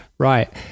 right